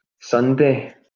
Sunday